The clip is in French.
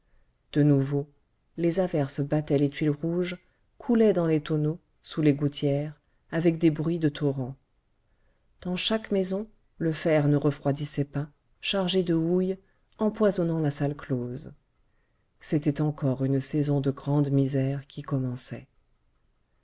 de nouveau les averses battaient les tuiles rouges coulaient dans les tonneaux sous les gouttières avec des bruits de torrent dans chaque maison le fer ne refroidissait pas chargé de houille empoisonnant la salle close c'était encore une saison de grande misère qui commençait